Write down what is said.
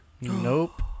Nope